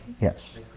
Yes